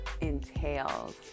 entails